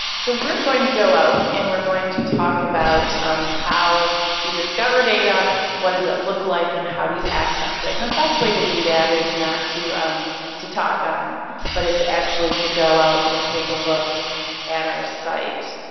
so we're going to go out and we're going to talk about how you discover data, what does it look like, and how do you access it? and the best way to do that is not to um to talk on but it's actually to go out and take a look at our site.